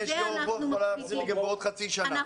מבחינתי יש לי אורך רוח ואין בעיה שיחזירו לי בעוד חצי שנה,